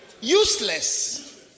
Useless